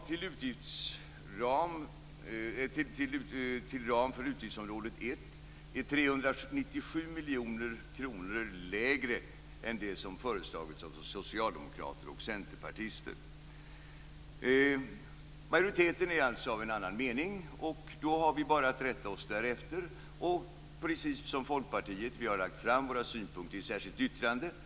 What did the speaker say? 1 är 397 miljoner kronor lägre än det som föreslagits av socialdemokrater och centerpartister. Majoriteten är alltså av en annan mening, och vi har bara att rätta oss därefter. Precis som Folkpartiet har vi lagt fram våra synpunkter i ett särskilt yttrande.